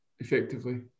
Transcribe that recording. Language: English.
effectively